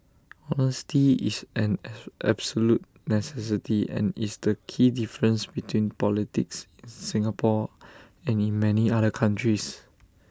honesty is an absolute necessity and is the key difference between politics in Singapore and in many other countries